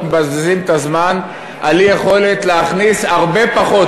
מבזבזים את הזמן על אי-יכולת להכניס הרבה פחות.